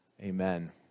Amen